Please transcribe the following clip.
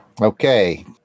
okay